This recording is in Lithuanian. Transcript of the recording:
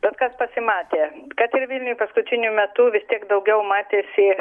bet kas pasimatė kad ir vilniuj paskutiniu metu vis tiek daugiau matėsi